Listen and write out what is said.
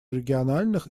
региональных